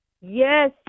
Yes